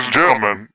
gentlemen